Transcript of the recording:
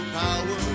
power